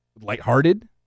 lighthearted